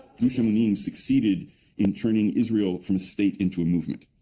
gush emunim succeeded in turning israel from a state into a movement,